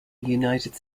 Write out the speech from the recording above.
united